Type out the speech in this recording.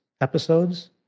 episodes